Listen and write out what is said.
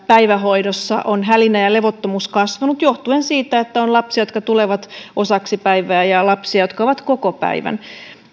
päivähoidossa ovat hälinä ja levottomuus kasvaneet johtuen siitä että on lapsia jotka tulevat osaksi päivää ja lapsia jotka ovat koko päivän